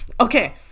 Okay